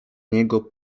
niego